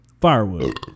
firewood